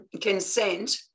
consent